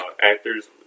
actors